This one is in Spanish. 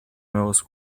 nuevos